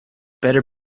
better